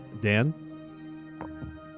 Dan